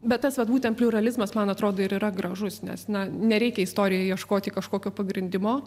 bet tas vat būtent pliuralizmas man atrodo ir yra gražus nes na nereikia istorijoje ieškoti kažkokio pagrindimo